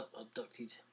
abducted